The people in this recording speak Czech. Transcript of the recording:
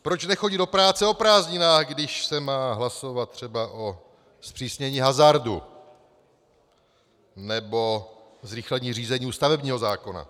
Proč nechodit do práce o prázdninách, když se má hlasovat třeba o zpřísnění hazardu nebo zrychlení řízení u stavebního zákona?